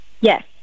Yes